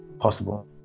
possible